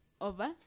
Over